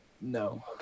No